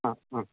ആ അ